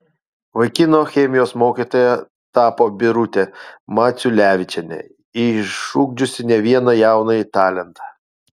vaikino chemijos mokytoja tapo birutė maciulevičienė išugdžiusi ne vieną jaunąjį talentą